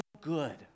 good